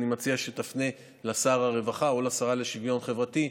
אני מציע שתפנה לשר הרווחה או לשרה לשוויון חברתי,